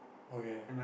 okay